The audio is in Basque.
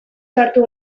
ohartu